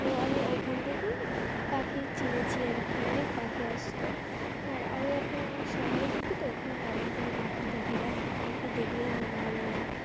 তো আমি ওখান থেকেই পাখি চিনেছি আর কি অনেক পাখি আসতো আর আমি এখন শহরে থাকি তো ওইখানে তেমন কোনো পাখি দেখা যায় না পাখি দেখলেই মন ভালো হয়ে যায়